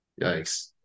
Yikes